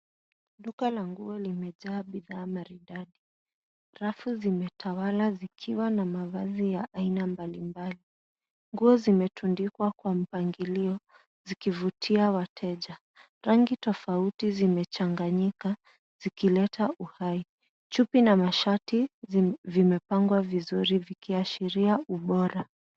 Duka la nguo limejaa bidhaa maridadi. Rafu zimetawala zikiwa na mavazi ya aina mbalimbali. Nguo zimetundikwa kwa mpangilio zikivutia wateja. Rangi tofauti zimechanganyika zikileta uhai. Chupi na mashati vimepangwa vizuri vikiashiria ubora.